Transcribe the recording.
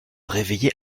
réveiller